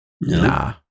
Nah